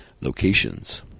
Locations